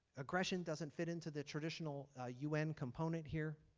aggression doesn't fit into the traditional un component here.